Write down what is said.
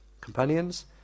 companions